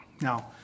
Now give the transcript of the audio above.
Now